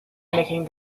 making